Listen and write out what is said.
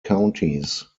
counties